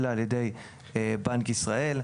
אלא על ידי בנק ישראל.